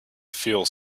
feel